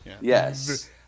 Yes